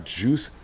juice